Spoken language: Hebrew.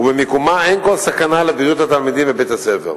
אין כל סכנה לבריאות התלמידים בבית-הספר.